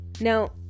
Now